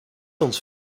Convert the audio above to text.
ons